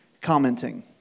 commenting